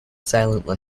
silently